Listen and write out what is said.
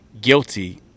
guilty